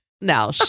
No